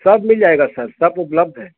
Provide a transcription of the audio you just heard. सब मिल जायेगा सर सब उपलब्ध है